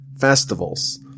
festivals